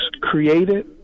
created